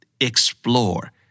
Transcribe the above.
Explore